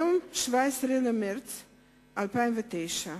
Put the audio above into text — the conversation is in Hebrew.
היום, 17 במרס 2009,